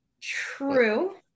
true